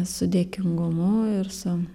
su dėkingumu ir su